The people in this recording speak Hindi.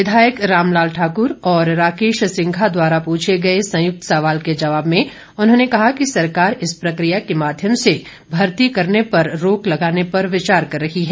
विधायक रामलाल ठाकुर और राकेश सिंघा द्वारा पूछे गए संयुक्त सवाल के जवाब में उन्होंने कहा कि सरकार इस प्रक्रिया के माध्यम से भर्ती करने पर रोक लगाने पर विचार कर रही है